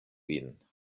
vin